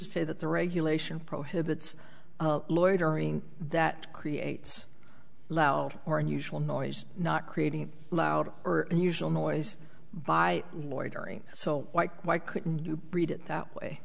to say that the regulation prohibits loitering that creates a loud or unusual noise not creating a loud or unusual noise by loitering so why couldn't you read it that way